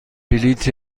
بلیط